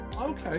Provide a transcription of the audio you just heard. okay